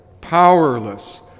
powerless